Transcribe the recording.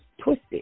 twisted